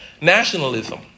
Nationalism